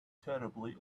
terribly